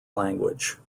language